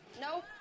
No